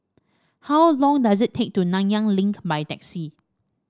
how long does it take to take to Nanyang Link by taxi